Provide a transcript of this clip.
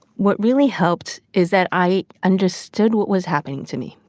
what really helped is that i understood what was happening to me.